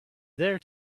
there